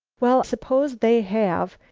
well, suppose they have.